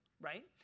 right